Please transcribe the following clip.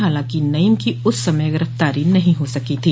हालांकि नईम की उस समय गिरफ्तारी नहीं हो सकी थी